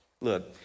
Look